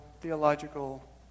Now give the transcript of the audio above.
theological